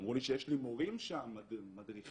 אמרו לי שיש לי מורים שם, מדריכים.